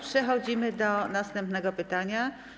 Przechodzimy do następnego pytania.